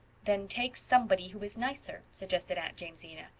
then take somebody who is nicer suggested aunt jamesina.